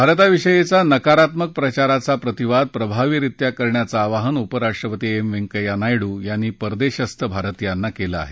भारताविषयीच्या नकारात्मक प्रचाराला प्रतिवाद प्रभावीरित्या करण्याचं आवाहन उपराष्ट्रपती एम व्यंकय्या नायडू यांनी परदेशस्थ भारतियांना केलं आहे